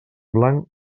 blanc